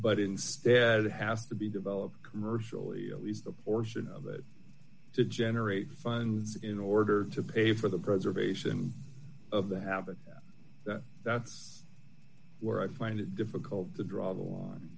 but instead it has to be developed commercially at least the portion of it to generate funds in order to pay for the preservation of the habitat that that's where i find it difficult to draw